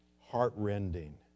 heartrending